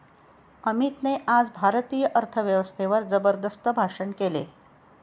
अमितने आज भारतीय अर्थव्यवस्थेवर जबरदस्त भाषण केले